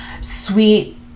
sweet